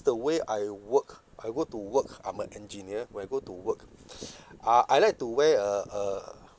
the way I work I go to work I'm an engineer when I go to work uh I like to wear a a